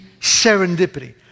serendipity